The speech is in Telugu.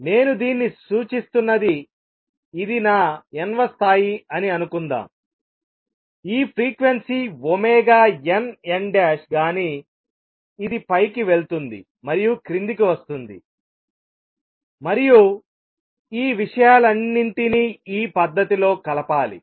నేను దీన్ని సూచిస్తున్నది ఇది నా n వ స్థాయి అని అనుకుందాం ఈ ఫ్రీక్వెన్సీ nn' గాని ఇది పైకి వెళ్తుంది మరియు క్రిందికి వస్తుంది మరియు ఈ విషయాలన్నింటినీ ఈ పద్ధతిలో కలపాలి